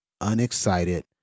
Unexcited